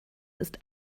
ist